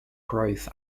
growth